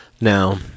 Now